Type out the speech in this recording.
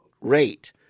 rate